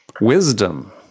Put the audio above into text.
Wisdom